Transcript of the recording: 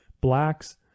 blacks